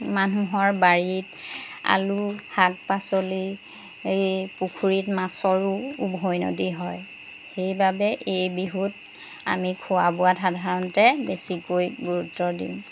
মানুহৰ বাৰীত আলু শাক পাচলি এই পুখুৰীত মাছৰো উভৈনদী হয় সেইবাবে এই বিহুত আমি খোৱা বোৱাত সাধাৰণতে বেছিকৈ গুৰুত্ব দিওঁ